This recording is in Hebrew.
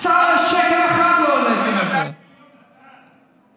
בשקל האחד לא העליתם את זה.